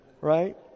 right